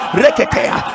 reketea